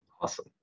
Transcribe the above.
Awesome